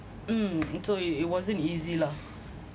um so it wasn't easy lah